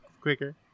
quicker